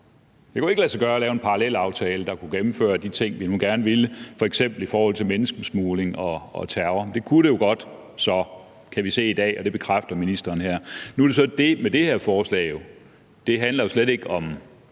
Det kunne ikke lade sig gøre at lave en parallelaftale, der kunne gennemføre de ting, vi nu gerne ville, f.eks. i forhold til menneskesmugling og terror; men det kunne det jo godt, kan vi se i dag – og det bekræfter ministeren her. Nu det her forslag handler jo slet ikke om